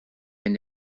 wenn